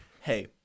hey